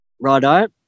Right